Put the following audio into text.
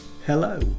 Hello